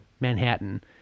Manhattan